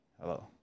Hello